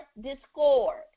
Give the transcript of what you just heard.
discord